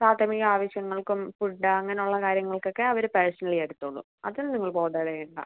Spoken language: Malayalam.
പ്രാഥമിക ആവശ്യങ്ങൾക്കും ഫുഡ്ഡ് അങ്ങനെയുള്ള കാര്യങ്ങൾകൊക്കെ അവർ പേർസണലി എടുത്തോളും അത് നിങ്ങൾ ബോതർ ചെയ്യേണ്ട